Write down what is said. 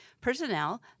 personnel